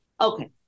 Okay